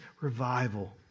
revival